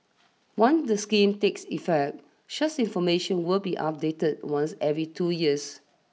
once the scheme take effect such information will be updated once every two years